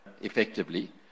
effectively